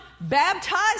baptized